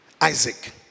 Isaac